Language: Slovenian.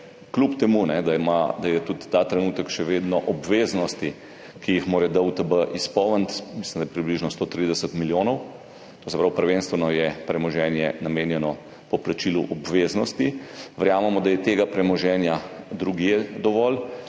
kljub temu da so tudi ta trenutek še vedno obveznosti, ki jih mora DUTB izpolniti, mislim, da je približno 130 milijonov, to se pravi, prvenstveno je premoženje namenjeno poplačilu obveznosti, verjamemo, da je tega premoženja drugje dovolj,